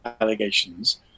allegations